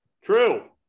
true